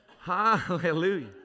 Hallelujah